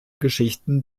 geschichten